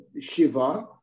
Shiva